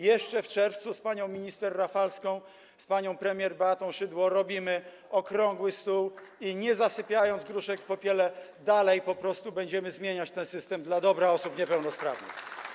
Jeszcze w czerwcu z panią minister Rafalską, z panią premier Beatą Szydło robimy okrągły stół i, nie zasypiając gruszek w popiele, dalej będziemy zmieniać ten system dla dobra osób niepełnosprawnych.